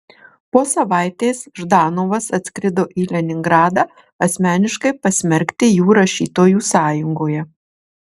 po savaitės ždanovas atskrido į leningradą asmeniškai pasmerkti jų rašytojų sąjungoje